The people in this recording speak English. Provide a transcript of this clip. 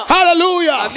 Hallelujah